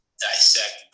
dissect